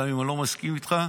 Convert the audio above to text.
גם אם אני לא מסכים איתך,